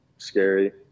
Scary